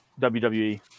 WWE